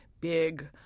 big